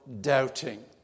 doubting